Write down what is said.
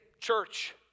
church